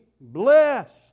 blessed